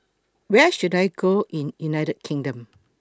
Where should I Go in United Kingdom